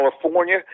California